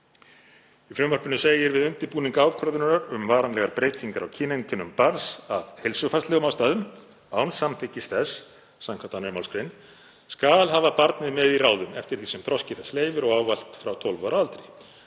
Í frumvarpinu segir: „Við undirbúning ákvörðunar um varanlegar breytingar á kyneinkennum barns af heilsufarslegum ástæðum án samþykkis þess skv. 2. mgr. skal hafa barnið með í ráðum eftir því sem þroski þess leyfir og ávallt frá 12 ára aldri.“